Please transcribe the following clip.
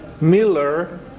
Miller